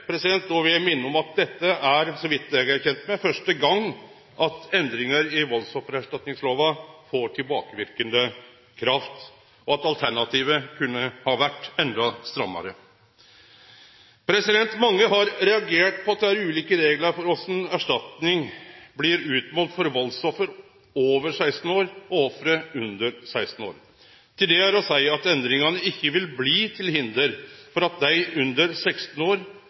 vil eg minne om at dette, så vidt eg er kjend med, er første gong endringar i valdsoffererstatningslova får tilbakeverkande kraft, og at alternativet kunne ha vore enda strammare. Mange har reagert på at det er ulike reglar for korleis erstatning blir utmålt for valdsoffer over 16 år og offer under 16 år. Til det er å seie at endringane ikkje vil bli til hinder for at dei under 16 år,